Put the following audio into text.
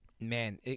Man